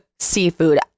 Seafood